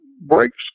breaks